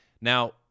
Now